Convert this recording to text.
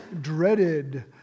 dreaded